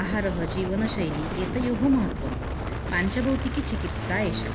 आहारः जीवनशैली एतयोः महत्वं पञ्चभौतिकिचिकित्सा एषा